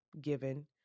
given